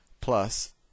plus